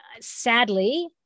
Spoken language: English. sadly